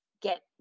get